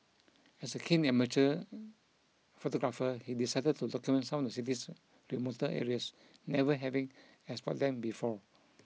as a keen amateur photographer he decided to document some of the city's remoter areas never having explored them before